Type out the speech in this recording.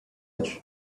edge